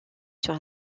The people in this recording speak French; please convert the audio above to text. sur